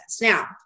Now